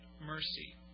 Mercy